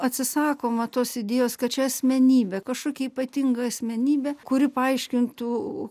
atsisakoma tos idėjos kad čia asmenybė kažkokia ypatinga asmenybė kuri paaiškintų